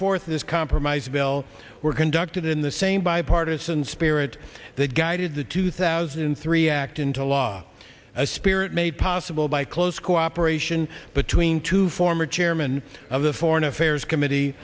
this compromise bill were conducted in the same bipartisan spirit that guided the two thousand and three act into law a spirit made possible by close cooperation between two former chairman of the foreign affairs committee